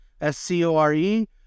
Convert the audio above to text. S-C-O-R-E